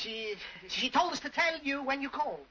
she she told us to tell you when you call